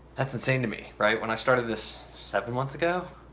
that's insane to me, right? when i started this seven months ago,